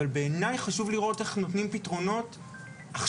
אבל בעיניי חשוב לראות איך נותנים פתרונות עכשיו,